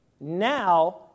Now